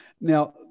Now